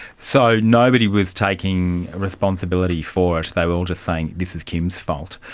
so nobody was taking responsibility for it, they were all just saying this is kim's fault,